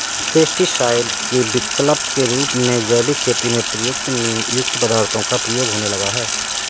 pesticide के विकल्प के रूप में जैविक खेती में प्रयुक्त नीमयुक्त पदार्थों का प्रयोग होने लगा है